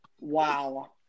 Wow